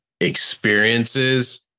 experiences